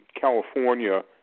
California